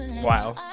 Wow